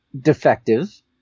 defective